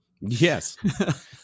Yes